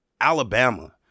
Alabama